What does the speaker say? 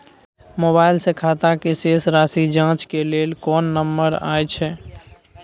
Mobile से खाता के शेस राशि जाँच के लेल कोई नंबर अएछ?